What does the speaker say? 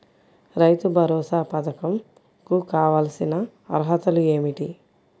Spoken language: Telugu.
రైతు భరోసా పధకం కు కావాల్సిన అర్హతలు ఏమిటి?